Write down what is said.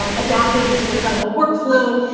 um adapted into the clinical work flow.